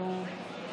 מצביע גלעד קריב,